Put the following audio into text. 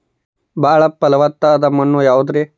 ಬಾಳ ಫಲವತ್ತಾದ ಮಣ್ಣು ಯಾವುದರಿ?